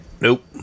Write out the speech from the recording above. Nope